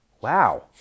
Wow